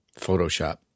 Photoshop